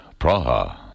Praha